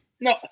No